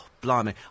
blimey